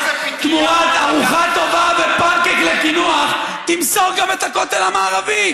תמורת ארוחה טובה ופנקייק לקינוח תמסור גם את הכותל המערבי.